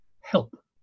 help